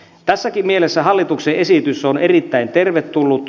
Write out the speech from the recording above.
tässäkin mielessä hallituksen esitys on erittäin tervetullut